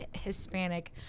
Hispanic